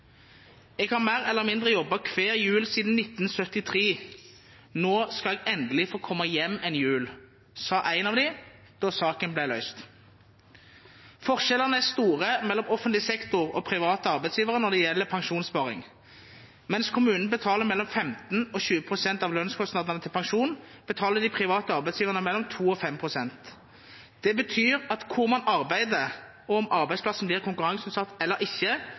Jeg har mer eller mindre jobbet hver jul siden 1973. Nå skal jeg endelig få komme hjem en jul, sa en av dem da saken ble løst. Forskjellene er store mellom offentlig sektor og private arbeidsgivere når det gjelder pensjonssparing. Mens kommunene betaler mellom 15 og 20 pst. av lønnskostnadene til pensjon, betaler de private arbeidsgiverne mellom 2 og 5 pst. Det betyr at hvor man arbeider, og om arbeidsplassen blir konkurranseutsatt eller ikke,